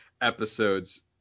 episodes